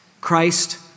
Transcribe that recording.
Christ